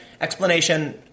explanation